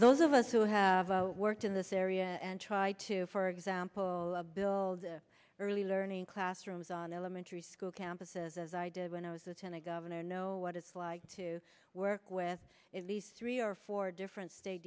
those of us who have worked in this area and try to for example bill early learning classrooms on elementary school campuses as i did when i was attending governor know what it's like to work with these three or four different state